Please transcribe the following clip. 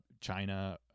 China